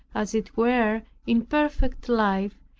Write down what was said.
as it were, in perfect life,